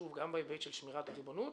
גם בהיבט של שמירת הריבונות,